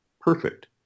perfect